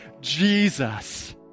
Jesus